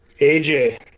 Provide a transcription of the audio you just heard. AJ